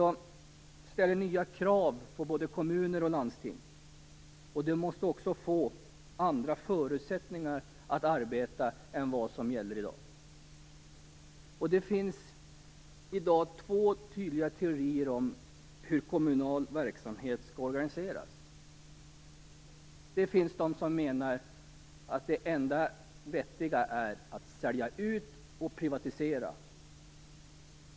Det ställer nya krav på både kommuner och landsting. De måste få andra förutsättningar för att arbeta än vad som gäller i dag. I dag finns två tydliga teorier om hur kommunal verksamhet skall organiseras. Det finns de som menar att det enda vettiga är att sälja ut och privatisera.